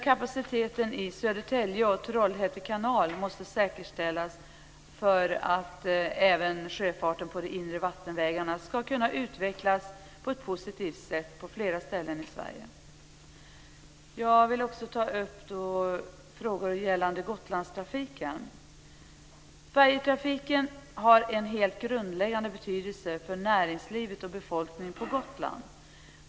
Kapaciteten i Södertälje kanal och i Trollhätte kanal måste säkerställas för att sjöfarten på de inre vattenvägarna ska kunna utvecklas positivt på flera håll i Jag vill också ta upp frågor som gäller Gotlandstrafiken. Färjetrafiken har en helt grundläggande betydelse för näringslivet och befolkningen på Gotland.